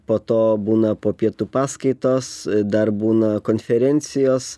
po to būna po pietų paskaitos dar būna konferencijos